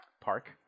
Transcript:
Park